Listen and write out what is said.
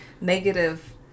negative